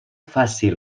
faci